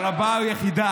מה עם אחוז החסימה?